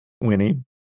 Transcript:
Winnie